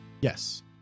Yes